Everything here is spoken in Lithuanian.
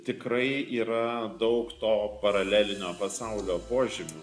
tikrai yra daug to paralelinio pasaulio požymių